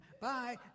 Bye